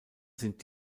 sind